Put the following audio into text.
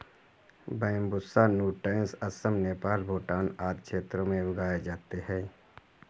Bambusa nutans Assam, Nepal, Bhutan आदि क्षेत्रों में उगाए जाते है